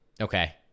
okay